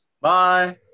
Bye